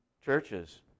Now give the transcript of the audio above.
churches